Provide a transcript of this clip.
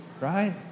right